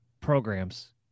programs